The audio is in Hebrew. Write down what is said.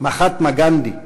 מהטמה גנדי,